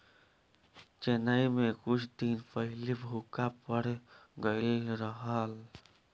चेन्नई में कुछ दिन पहिले सूखा पड़ गइल रहल